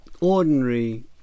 ordinary